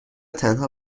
تنها